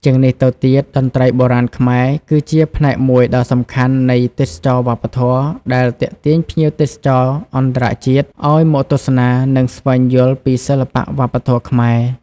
ជាងនេះទៅទៀត តន្ត្រីបុរាណខ្មែរ គឺជាផ្នែកមួយដ៏សំខាន់នៃទេសចរណ៍វប្បធម៌ ដែលទាក់ទាញភ្ញៀវទេសចរអន្តរជាតិឱ្យមកទស្សនា និងស្វែងយល់ពីសិល្បៈវប្បធម៌ខ្មែរ។